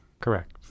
Correct